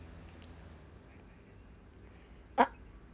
uh